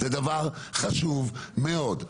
זה דבר חשוב מאוד,